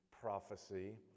prophecy